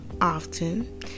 often